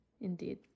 Indeed